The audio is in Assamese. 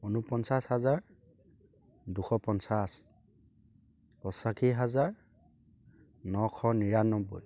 ঊনপঞ্চাছ হাজাৰ দুশ পঞ্চাছ পঁচাশী হাজাৰ নশ নিৰান্নব্বৈ